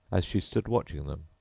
as she stood watching them,